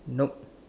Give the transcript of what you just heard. nope